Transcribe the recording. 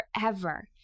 forever